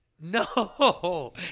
No